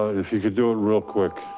if you could do it real quick,